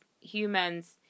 humans